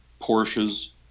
Porsches